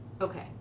Okay